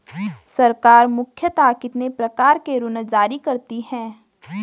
सरकार मुख्यतः कितने प्रकार के ऋण जारी करती हैं?